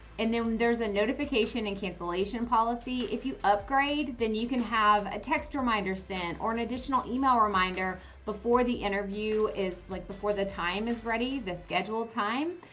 and then there's a notification and cancellation policy, if you upgrade, then you can have a text reminder sent or an additional email reminder before the interview is like before the time is ready the scheduled time.